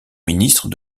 ministres